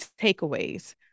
takeaways